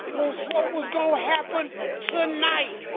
was what was going to happen tonight.